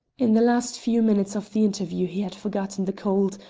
in the last few minutes of the interview he had forgotten the cold,